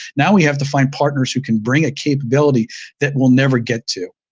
now we have to find partners who can bring a capability that we'll never get to,